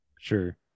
Sure